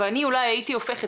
ואני אולי הייתי הופכת,